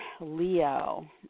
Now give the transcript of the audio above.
Leo